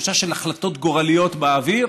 תחושה של החלטות גורליות באוויר